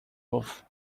both